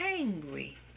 angry